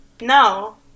no